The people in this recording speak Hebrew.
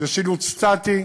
ושילוט סטטי,